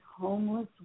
homeless